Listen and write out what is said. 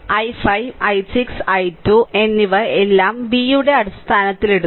i5 i6 i 2 എന്നിവ എല്ലാം v യുടെ അടിസ്ഥാനത്തിൽ ഇടുന്നു